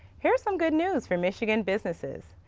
here are some good news for michigan businesses.